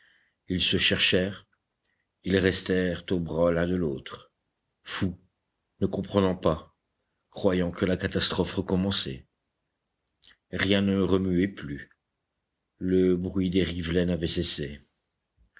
ils se cherchèrent ils restèrent aux bras l'un de l'autre fous ne comprenant pas croyant que la catastrophe recommençait rien ne remuait plus le bruit des rivelaines avait cessé